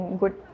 good